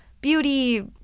beauty